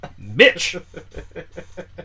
Bitch